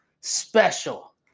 special